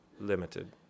limited